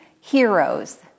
heroes